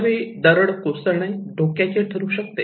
अशावेळी दरड कोसळणे धोक्याचे ठरू शकते